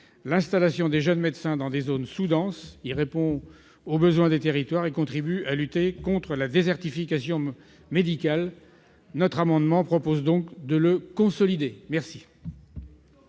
l'installation des jeunes médecins dans les zones sous-denses. Il répond aux besoins des territoires et contribue à lutter contre la désertification médicale. Notre amendement a pour objet de le consolider. La